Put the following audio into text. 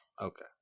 Okay